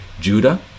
Judah